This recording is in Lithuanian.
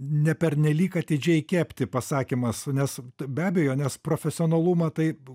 ne pernelyg atidžiai kepti pasakymas nes be abejo nes profesionalumą taip